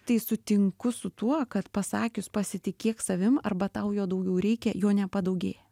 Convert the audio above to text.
tai sutinku su tuo kad pasakius pasitikėk savim arba tau jo daugiau reikia jo nepadaugėja